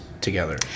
together